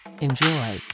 Enjoy